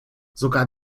sogar